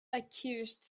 accused